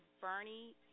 Bernie